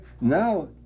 Now